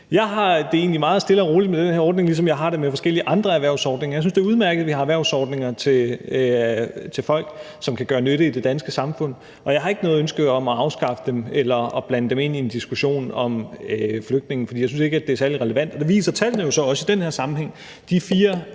Jeg har det egentlig meget stille og roligt med den her ordning, ligesom jeg har det med forskellige andre erhvervsordninger. Jeg synes, det er udmærket, at vi har erhvervsordninger til folk, som kan gøre nytte i det danske samfund, og jeg har ikke noget ønske om at afskaffe dem eller blande dem ind i en diskussion om flygtninge, for jeg synes ikke, det er særlig relevant, og det viser tallene jo så også i den her sammenhæng. De fire